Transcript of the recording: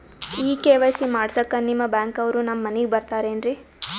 ಈ ಕೆ.ವೈ.ಸಿ ಮಾಡಸಕ್ಕ ನಿಮ ಬ್ಯಾಂಕ ಅವ್ರು ನಮ್ ಮನಿಗ ಬರತಾರೆನ್ರಿ?